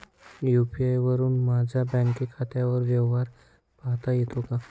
UPI वरुन माझ्या bank खात्याचा व्यवहार पाहता येतो का?